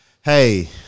hey